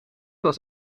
was